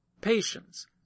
patience